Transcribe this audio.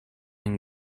and